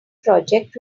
project